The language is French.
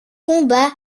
combat